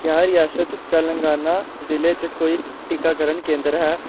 क्या रियासत तेलंगाना जि'ले च कोई टीकाकरण केंदर है